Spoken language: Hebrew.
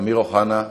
אמיר אוחנה,